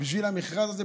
בשביל המכרז הזה,